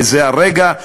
בזה הרגע,